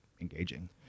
engaging